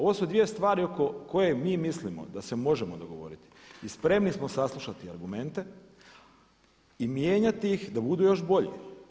Ovo su dvije stvari oko koje mi mislimo da se možemo dogovoriti i spremni smo saslušati argumente i mijenjati ih da budu još bolji.